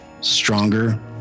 stronger